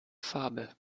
farbe